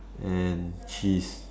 and cheese